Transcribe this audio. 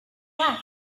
black